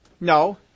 No